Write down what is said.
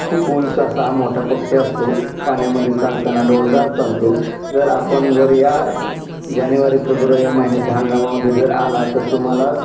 खूप ऊंच असा हा मोठा पक्षी असतो पाण्यामध्ये चालताना डौलदार चालतो जर आपण जर या जानेवारी फेब्रुवारी या महिन्याच्या हंगामामध्ये जर आला तर तुम्हाला